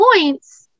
points